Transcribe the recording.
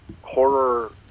horror